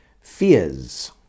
Fears